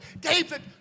David